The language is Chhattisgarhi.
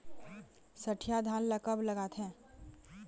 सठिया धान ला कब लगाथें?